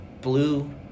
blue